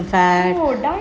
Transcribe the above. oh diet